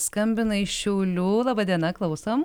skambina iš šiaulių laba diena klausom